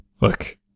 Look